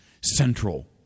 central